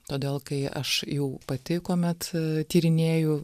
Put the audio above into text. todėl kai aš jau pati kuomet tyrinėju